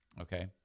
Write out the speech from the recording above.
Okay